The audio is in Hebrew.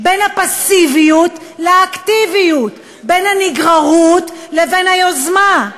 בין הפסיביות לאקטיביות, בין הנגררות לבין היוזמה.